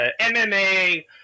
MMA